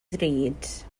ddrud